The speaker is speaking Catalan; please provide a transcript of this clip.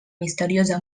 misteriosa